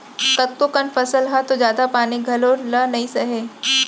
कतको कन फसल ह तो जादा पानी घलौ ल नइ सहय